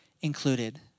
included